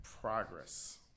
progress